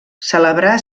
celebrar